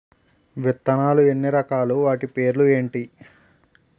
విత్తనాలు ఎన్ని రకాలు, వాటి పేర్లు ఏంటి?